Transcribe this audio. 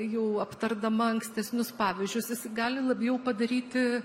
jau aptardama ankstesnius pavyzdžius jis gali labiau padaryti